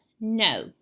No